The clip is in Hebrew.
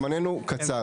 זמננו קצר.